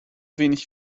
wenig